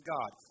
God